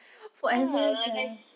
ya like I